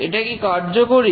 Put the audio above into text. এটা কি কার্যকরী